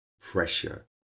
pressure